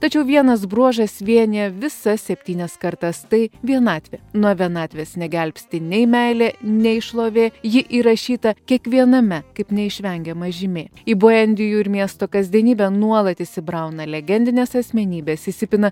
tačiau vienas bruožas vienija visas septynias kartas tai vienatvė nuo vienatvės negelbsti nei meilė nei šlovė ji įrašyta kiekviename kaip neišvengiama žymė į buendijų ir miesto kasdienybę nuolat įsibrauna legendinės asmenybės įsipina